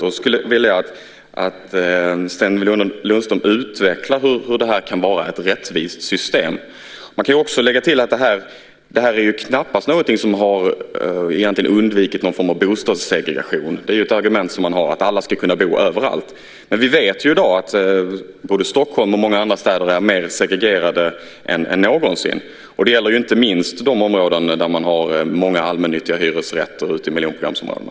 Jag skulle vilja att Sten Lundström utvecklar hur det kan vara ett rättvist system. Man kan också lägga till att detta knappast är någonting som har lett till att man undvikit någon bostadssegregation. Ett argument som man har är att alla ska kunna bo överallt. Men vi vet i dag att Stockholm och många andra städer är mer segregerade än någonsin. Det gäller inte minst de områden där man har många allmännyttiga hyresrätter ute i miljonprogramsområdena.